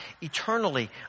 eternally